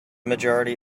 majority